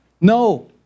No